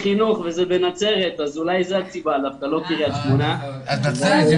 ההחלטה היא שרשויות מוחלשות אלה רק רשויות בסוציו 1 עד